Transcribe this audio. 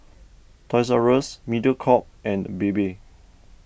Toys R Us Mediacorp and Bebe